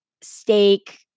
steak